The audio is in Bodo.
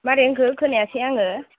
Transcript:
माबोरै होनखो खोनायासै आङो